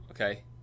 Okay